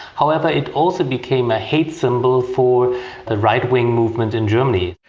however it also became a hate symbol for the right-wing movement in germany.